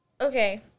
okay